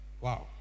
Wow